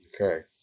Okay